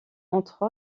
entre